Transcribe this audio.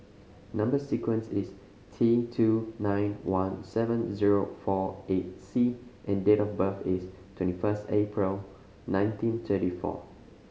number sequence is T two nine one seven zero four eight C and date of birth is twenty first April nineteen thirty four